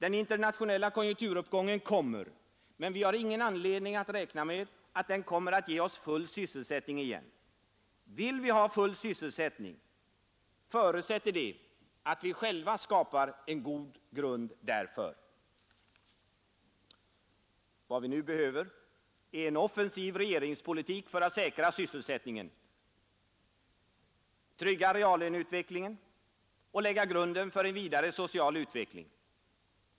Den internationella konjunkturuppgången kommer, men vi har ingen anledning att räkna med att den kommer att ge oss full sysselsättning igen. Vill vi ha full sysselsättning förutsätter det att vi själva skapar en god grund därför. Vad vi nu behöver är en offensiv regeringspolitik för att säkra sysselsättningen, trygga reallöneutvecklingen och lägga grunden för en vidare social utveckling.